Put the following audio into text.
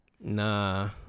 nah